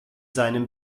seinem